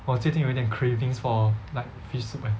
我最近有点 cravings for like fish soup eh